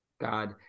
God